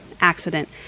accident